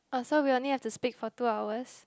oh so we only have to speak for two hours